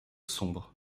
sombre